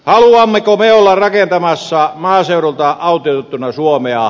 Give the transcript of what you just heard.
haluammeko me olla rakentamassa maaseudulta autioitettua suomea